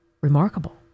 Remarkable